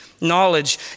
knowledge